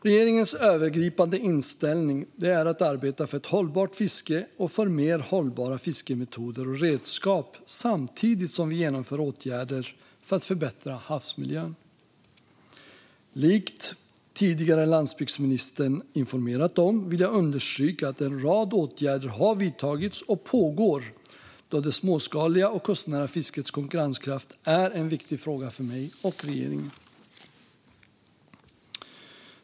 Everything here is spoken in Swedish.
Regeringens övergripande inställning är att arbeta för ett hållbart fiske och för mer hållbara fiskemetoder och redskap samtidigt som vi genomför åtgärder för att förbättra havsmiljön. Likt tidigare landsbygdsministern informerat om vill jag understryka att en rad åtgärder har vidtagits och pågår då det småskaliga och kustnära fiskets konkurrenskraft är en viktig fråga för mig och regeringen.